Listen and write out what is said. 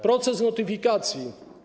Proces notyfikacji.